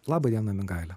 laba diena mingaile